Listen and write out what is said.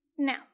Now